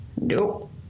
Nope